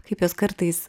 kaip jos kartais